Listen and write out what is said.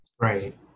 Right